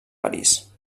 parís